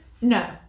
no